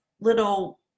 little